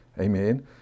Amen